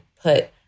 put